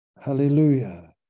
Hallelujah